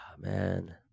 Man